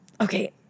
Okay